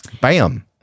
Bam